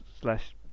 slash